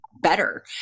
better